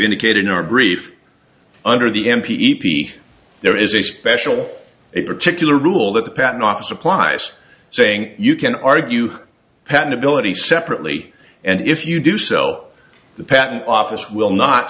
indicated in our brief under the m p e p there is a special a particular rule that the patent office supplies saying you can argue patentability separately and if you do sell the patent office will not